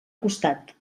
costat